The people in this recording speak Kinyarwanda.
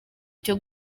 byo